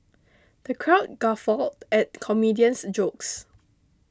the crowd guffawed at the comedian's jokes